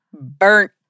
burnt